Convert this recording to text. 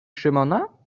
szymona